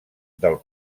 del